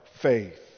Faith